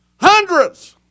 hundreds